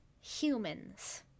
humans